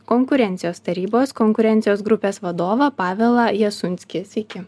konkurencijos tarybos konkurencijos grupės vadovą pavelą jasunskį sveiki